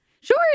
Sure